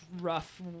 rough